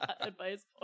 Advice